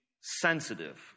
sensitive